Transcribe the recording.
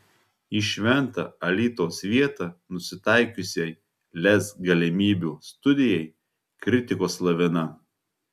į šventą alytaus vietą nusitaikiusiai lez galimybių studijai kritikos lavina